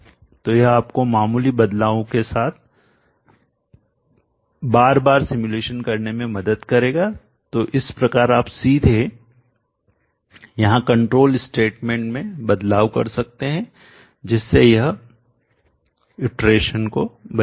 तो यह आपको मामूली बदलावों के साथ बार बार सिमुलेशन करने में मदद करेगा तो इस प्रकार आप सीधे यहां कंट्रोल स्टेटमेंटनियंत्रण कथनोंमें बदलाव कर सकते हैं जिससे यह इटरेशनपुनरावृत्ति को बचाएगा